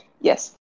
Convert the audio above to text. Yes